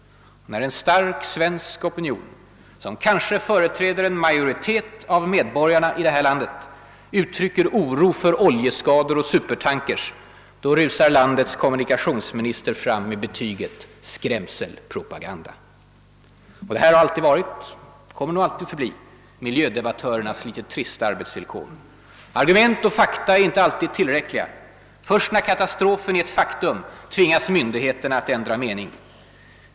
När en stark svensk opinion, som kanske företräder en majoritet av medborgarna i det här landet, uttrycker oro för oljeskador och supertankers rusar landets kommunikationsminister fram med betyget: skrämselpropaganda: Detta har alltid varit — och kommer nog ofta att förbli — miljödebatternas litet trista arbetsvillkor. Argument och fakta är inte alltid tillräckliga. Först när katastrofen är ett faktum tvingas myndigheterna att ändra mening.